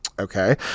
Okay